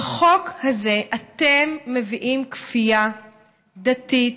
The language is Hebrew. בחוק הזה אתם מביאים כפייה דתית